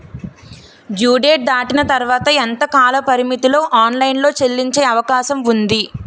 Due date దాటిన తర్వాత ఎంత కాలపరిమితిలో ఆన్ లైన్ లో చెల్లించే అవకాశం వుంది?